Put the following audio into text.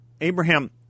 Abraham